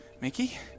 Mickey